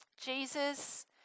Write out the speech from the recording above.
Jesus